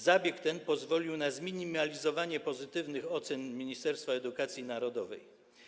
Zabieg ten pozwolił na zminimalizowanie pozytywnych ocen Ministerstwa Edukacji Narodowej.